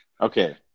Okay